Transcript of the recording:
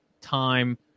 time